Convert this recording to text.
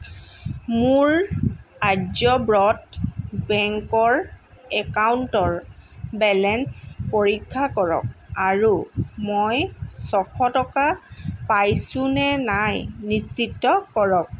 মোৰ আৰ্যব্ৰত বেংকৰ একাউণ্টৰ বেলেঞ্চ পৰীক্ষা কৰক আৰু মই ছশ টকা পাইছোঁ নে নাই নিশ্চিত কৰক